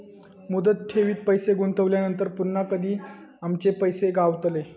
मुदत ठेवीत पैसे गुंतवल्यानंतर पुन्हा कधी आमचे पैसे गावतले?